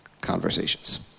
conversations